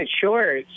sure